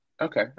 okay